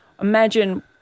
Imagine